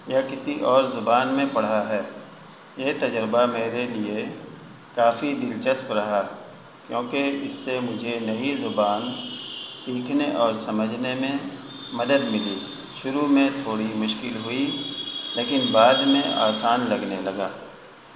یا کسی اور زبان میں پڑھا ہے یہ تجربہ میرے لیے کافی دلچسپ رہا کیونکہ اس سے مجھے نئی زبان سیکھنے اور سمجھنے میں مدد ملی شروع میں تھوڑی مشکل ہوئی لیکن بعد میں آسان لگنے لگا